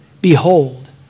behold